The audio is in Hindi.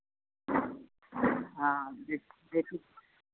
हाँ बिट बेटी की